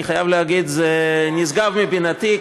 אני חייב להגיד שזה נשגב מבינתי.